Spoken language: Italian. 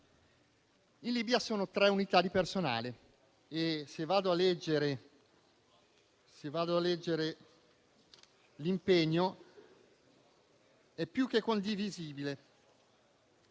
In Libia sono tre le unità di personale e, se vado a leggere l'impegno, è più che condivisibile: